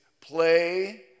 play